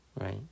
right